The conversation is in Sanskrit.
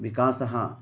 विकासः